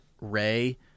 Ray